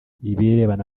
ibirebana